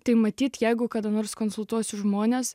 tai matyt jeigu kada nors konsultuosiu žmones